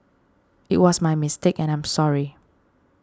it was my mistake and I'm sorry